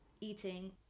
eating